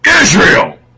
israel